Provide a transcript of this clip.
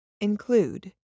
include